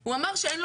שהוא אמר שאין לו